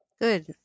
good